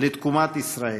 לתקומת ישראל.